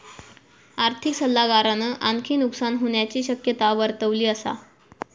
आर्थिक सल्लागारान आणखी नुकसान होण्याची शक्यता वर्तवली असा